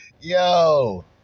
Yo